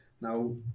Now